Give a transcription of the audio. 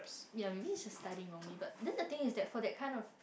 ya maybe she study wrongly but then the thing is for that kind of